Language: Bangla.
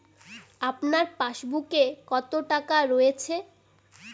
আপনার পাসবুকে কত টাকা রয়েছে?